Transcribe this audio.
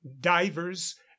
divers